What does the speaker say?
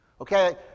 Okay